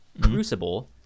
Crucible